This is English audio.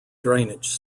drainage